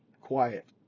quiet